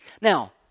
Now